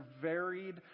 varied